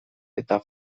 eta